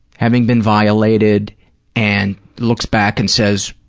having been violated and looks back and says,